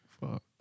Fuck